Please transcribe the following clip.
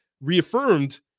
reaffirmed